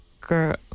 girl